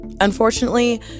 Unfortunately